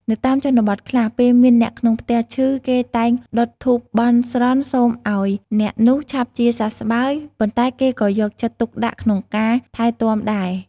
នៅតាមជនបទខ្លះ ពេលមានអ្នកក្នុងផ្ទះឈឺ គេតែងដុតធូបបន់ស្រន់សូមឱ្យអ្នកនោះឆាប់ជាសះស្បើយ ប៉ុន្តែគេក៏យកចិត្តទុកដាក់ក្នុងការថែទាំដែរ។